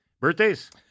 Birthdays